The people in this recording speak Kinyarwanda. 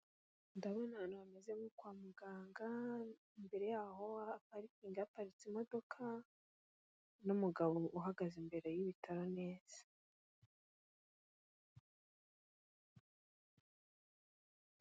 Ndabona ahantu hameze nko kwa muganga, imbere yaho ya parikingi haparitse imodoka, n'umugabo uhagaze imbere y'ibitaro neza.